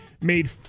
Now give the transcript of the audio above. made